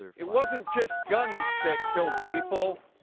it wasn't just guns that killed people,